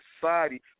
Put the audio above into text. society